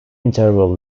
interval